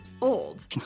old